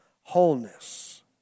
wholeness